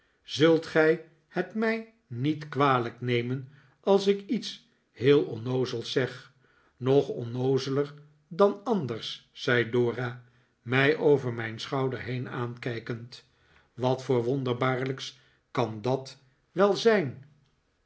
zult gij het mij niet kwalijk nemen als ik iets heel onnoozels zeg nog onnoozeler dan anders zei dora mij over mijn schouder heen aankijkend wat voor wohderbaarlijks kan dat wel zijn